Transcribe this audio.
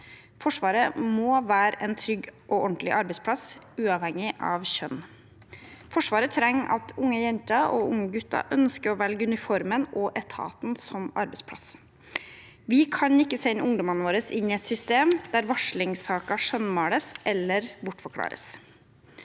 Forsvaret må være en trygg og ordentlig arbeidsplass uavhengig av kjønn. Forsvaret trenger at unge jenter og unge gutter ønsker å velge uniformen og etaten som arbeidsplass. Vi kan ikke sende ungdommene våre inn i et system der varslingssaker skjønnmales eller bortforklares.